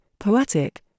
Poetic